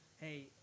hey